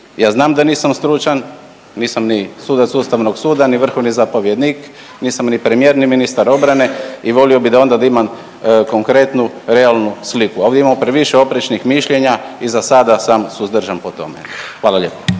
ja znam da nisam stručan, nisam ni sudac Ustavnog suda ni vrhovni zapovjednik, nisam ni premijer, ni ministar obrane i volio bih da onda imam konkretnu realnu sliku. Ovdje imamo previše oprečnih mišljenja i za sada sam suzdržan po tome. Hvala lijepo.